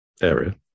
area